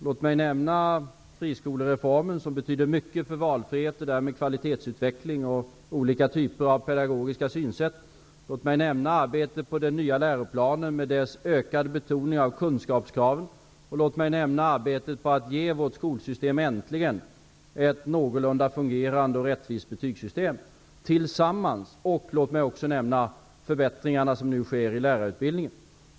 Låt mig nämna friskolereformen som betyder mycket för valfrihet och därmed kvalitetsutveckling samt olika typer av pedagogiska synsätt. Låt mig också nämna arbetet med den nya läroplanen med dess starkare betoning på kunskapskraven, arbetet med att äntligen ge vårt skolsystem ett någorlunda fungerande och rättvist betygssystem och förbättringarna som nu sker i lärarutbildningen.